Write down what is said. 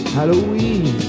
Halloween